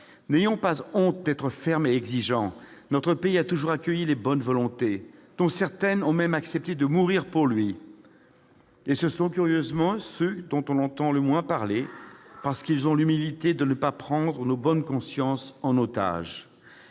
N'ayons pas honte d'être fermes et exigeants ! Notre pays a toujours accueilli les bonnes volontés, dont certaines ont même accepté de mourir pour lui. Ce sont curieusement ceux dont on entend le moins parler, parce qu'ils ont l'humilité de ne pas prendre nos bonnes consciences en otage.